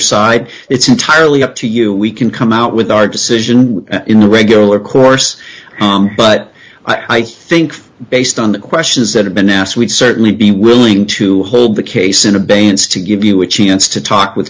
side it's entirely up to you we can come out with our decision in the regular course but i think based on the questions that have been asked we'd certainly be willing to hold the case in abeyance to give you a chance to talk with